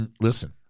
Listen